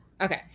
okay